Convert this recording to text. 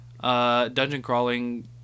dungeon-crawling